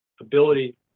ability